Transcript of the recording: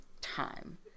time